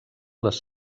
les